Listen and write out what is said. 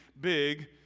big